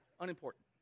unimportant